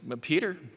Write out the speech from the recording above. Peter